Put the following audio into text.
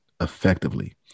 effectively